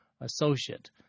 associate